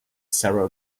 sarah